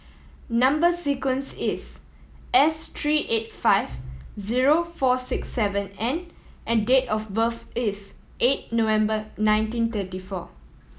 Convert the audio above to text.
number sequence is S three eight five zero four six seven N and date of birth is eight November nineteen thirty four